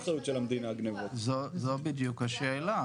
זו בדיוק השאלה,